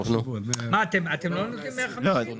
מה, אתם לא נותנים 150?